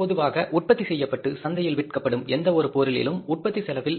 பொதுவாக உற்பத்தி செய்யப்பட்டு சந்தையில் விற்கப்படும் எந்தவொரு பொருளிலும் உற்பத்தி செலவில்